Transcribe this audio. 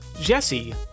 Jesse